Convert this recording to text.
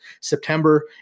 September